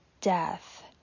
death